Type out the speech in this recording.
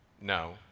No